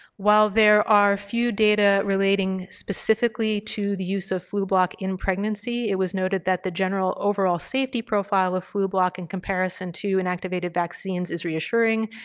while there are few data relating specifically to the use of flublok in pregnancy, it was noted that the general overall safety profile of flublok in comparison to inactivated vaccines is reassuring.